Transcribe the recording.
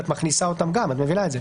את מכניסה אותם יחד.